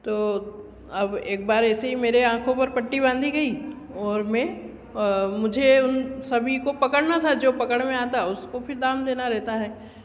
तो एक बार ऐसे हीं मेरी आँखो पर पट्टी बाँधी गई और मै मुझे उन सभी को पकड़ना थो जो पकड़ में आता उसी को दाम देना रहता है